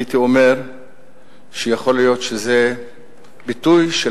הייתי אומר שיכול להיות שזה ביטוי של